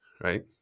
right